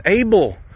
able